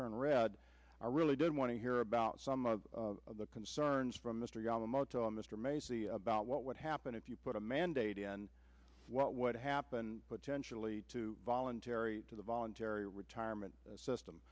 turn red i really did want to hear about some of the concerns from mr yamamoto and mr macy about what would happen if you put a mandate in what would happen potentially voluntary to the voluntary retirement system